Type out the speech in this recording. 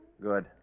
Good